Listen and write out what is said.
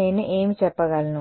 నేను ఏమి చెప్పగలను